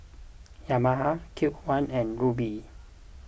Yamaha Cube one and Rubi